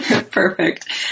Perfect